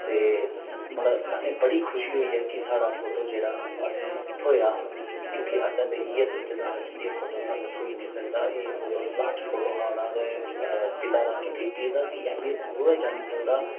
ते मतलब असेंगी बड़ी खुशी होई ऐ कि साढ़ा फोटो जेह्ड़ा असें थोएआ क्योंकि असें ते इ'यै सोचे दा हा कि फोटो सानू थ्होई नी सकदा एह् फोटो लास्ट फोटो हा उना दा पिता दा क्योंकि पिता दी ऐह्मियत उयै जानी सकदा